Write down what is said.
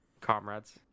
Comrades